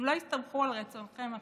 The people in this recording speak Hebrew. הם לא הסתמכו על רצונכם הטוב,